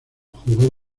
jugó